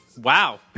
Wow